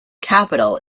capital